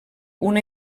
una